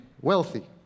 wealthy